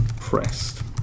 pressed